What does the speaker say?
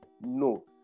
no